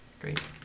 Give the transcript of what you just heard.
Great